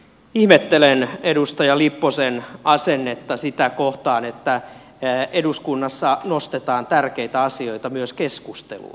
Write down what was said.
ihmettelen edustaja lipposen asennetta sitä kohtaan että eduskunnassa nostetaan tärkeitä asioita myös keskusteluun